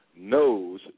knows